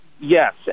Yes